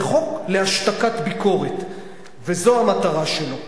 זה חוק להשתקת ביקורת וזו המטרה שלו.